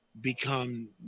become